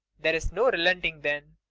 there's no relenting, then?